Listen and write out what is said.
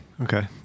Okay